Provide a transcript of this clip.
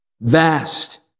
Vast